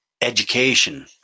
Education